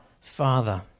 Father